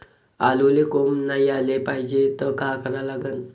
आलूले कोंब नाई याले पायजे त का करा लागन?